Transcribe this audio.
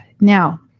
now